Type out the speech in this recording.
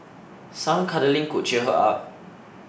some cuddling could cheer her up